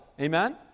Amen